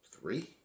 Three